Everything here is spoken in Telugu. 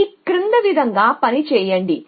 ఈ క్రింది విధంగా పని చేయండి